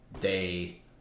day